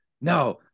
no